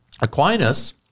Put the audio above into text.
Aquinas